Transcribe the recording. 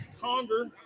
Conger